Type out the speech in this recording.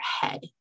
head